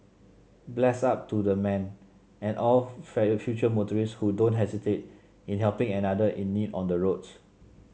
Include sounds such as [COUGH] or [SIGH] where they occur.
bless up to the man and all [UNINTELLIGIBLE] future motorists who don't hesitate in helping another in need on the roads